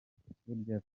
burya